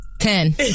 Ten